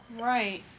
Right